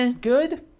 good